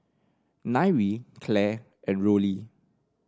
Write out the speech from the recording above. Nyree Clair and Rollie